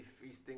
feasting